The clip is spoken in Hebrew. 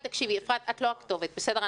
אפרת, תקשיבי, את לא הכתובת, בסדר?